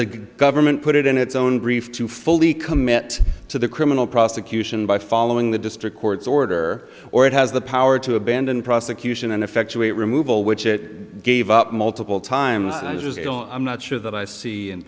the government put it in its own brief to fully commit to the criminal prosecution by following the district court's order or it has the power to abandon prosecution and effectuate removal which it gave up multiple times and i'm not sure that i see